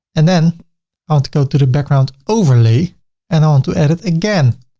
and then i want to go to the background overly and i want to add it again.